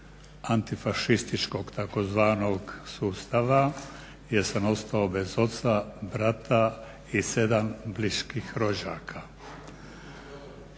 antifašističkog tzv. sustava jer sam ostao bez oca, brata i 7 bliskih rođaka.